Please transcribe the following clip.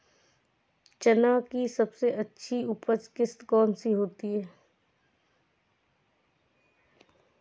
चना की सबसे अच्छी उपज किश्त कौन सी होती है?